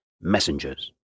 messengers